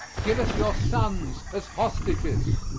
give us your sons as hostages.